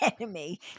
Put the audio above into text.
enemy